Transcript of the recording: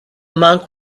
monk